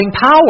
power